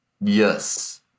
Yes